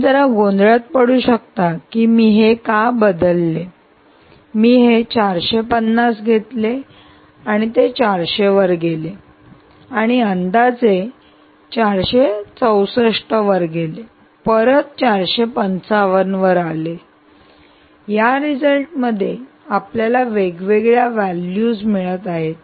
आपण जरा गोंधळात पडू शकता की मी हे का बदलले मी हे 450 घेतले आणि ते 400 वर गेले आणि अंदाजे 464 वर गेले आणि परत 455 वर गेले आणि या रिझल्टमध्ये आपल्याला वेगवेगळ्या व्हॅल्यूज मिळत आहेत